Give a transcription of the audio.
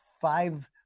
five